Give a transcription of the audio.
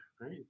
right